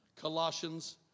Colossians